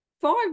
five